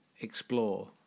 explore